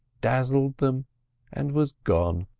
dazzled them and was gone.